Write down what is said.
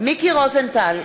מיקי רוזנטל,